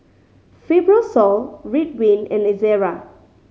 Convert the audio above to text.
Fibrosol Ridwind and Ezerra